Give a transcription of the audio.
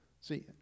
See